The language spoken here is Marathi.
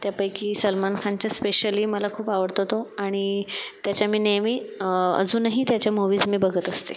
त्यापैकी सलमान खानचे स्पेशली मला खूप आवडतो तो आणि त्याच्या मी नेहमी अजूनही त्याच्या मूवीज मी बघत असते